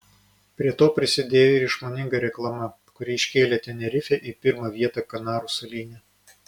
prie to prisidėjo ir išmoninga reklama kuri iškėlė tenerifę į pirmą vietą kanarų salyne